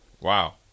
wow